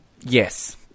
Yes